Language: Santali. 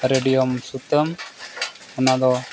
ᱨᱮᱰᱤᱭᱚᱢ ᱥᱩᱛᱟᱹᱢ ᱚᱱᱟ ᱫᱚ